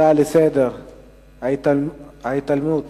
הצעה לסדר-היום מס' 2809: ההתעלמות